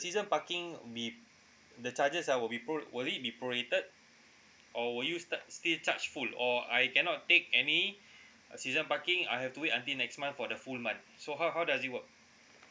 season parking be the charges ah will be pro~ will it be prorated or will you start still charge full or I cannot take any season parking I have to wait until next month for the full month so how how does it work